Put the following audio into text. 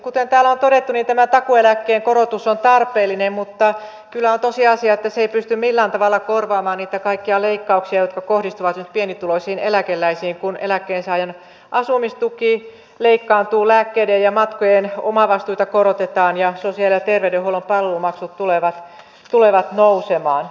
kuten täällä on todettu tämä takuueläkkeen korotus on tarpeellinen mutta kyllä on tosiasia että se ei pysty millään tavalla korvaamaan niitä kaikkia leikkauksia jotka kohdistuvat nyt pienituloisiin eläkeläisiin kun eläkkeensaajan asumistuki leikkaantuu lääkkeiden ja matkojen omavastuita korotetaan ja sosiaali ja terveydenhuollon palvelumaksut tulevat nousemaan